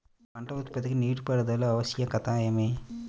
పంట ఉత్పత్తికి నీటిపారుదల ఆవశ్యకత ఏమి?